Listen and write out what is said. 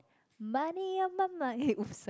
money on my mind eh oops sorry